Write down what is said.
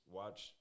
watch